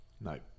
No